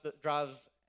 drives